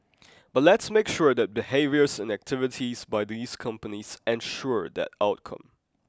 but let's make sure that behaviours and activities by these companies ensure that outcome